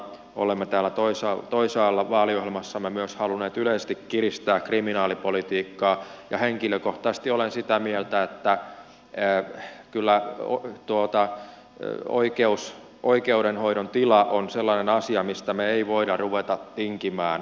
olemme täällä toisaalla vaaliohjelmassamme myös halunneet yleisesti kiristää kriminaalipolitiikkaa ja henkilökohtaisesti olen sitä mieltä että kyllä oikeudenhoidon tila on sellainen asia mistä me emme voi ruveta tinkimään